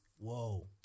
Whoa